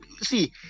See